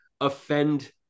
offend